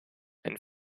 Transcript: and